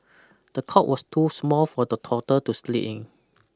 the cot was too small for the toddler to sleep in